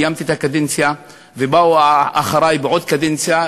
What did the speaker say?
סיימתי את הקדנציה ובאו אחרי בעוד קדנציה,